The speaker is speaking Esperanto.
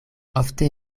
ofte